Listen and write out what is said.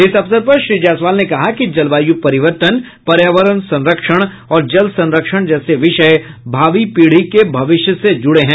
इस अवसर पर श्री जायसवाल ने कहा कि जलवायु परिवर्तन पर्यावरण संरक्षण और जल संरक्षण जैसे विषय भावी पीढ़ियों के भविष्य से जुड़े हैं